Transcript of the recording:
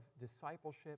discipleship